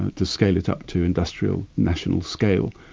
to scale it up to industrial national scale.